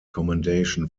commendation